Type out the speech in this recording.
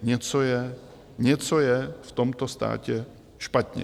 Něco je, něco je v tomto státě špatně.